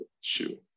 shoe